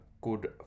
good